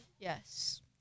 yes